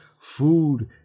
food